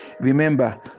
remember